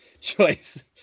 choice